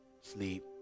sleep